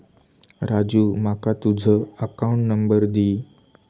राजू माका तुझ account number दी